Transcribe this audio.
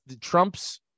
trump's